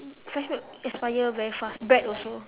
fresh milk expire very fast bread also